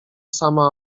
sama